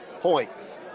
points